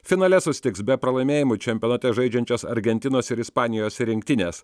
finale susitiks be pralaimėjimų čempionate žaidžiančios argentinos ir ispanijos rinktinės